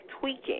tweaking